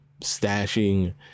stashing